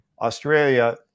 Australia